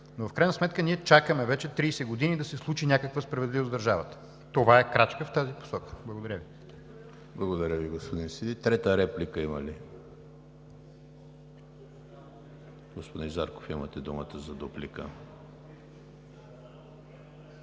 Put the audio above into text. но в крайна сметка ние чакаме вече 30 години да се случи някаква справедливост в държавата. Това е крачка в тази посока. Благодаря Ви. ПРЕДСЕДАТЕЛ ЕМИЛ ХРИСТОВ: Благодаря Ви, господин Сиди. Трета реплика има ли? Не. Господин Зарков, имате думата за дуплика.